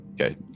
Okay